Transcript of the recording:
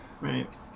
right